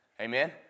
Amen